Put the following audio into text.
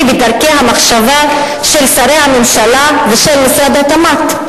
בדרכי המחשבה של שרי הממשלה ושל משרד התמ"ת.